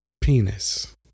penis